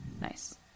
Nice